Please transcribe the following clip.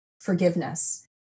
forgiveness